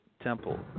temple